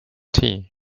tea